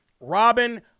Robin